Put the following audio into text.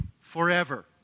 Forever